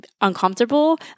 uncomfortable